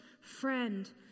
friend